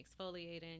exfoliating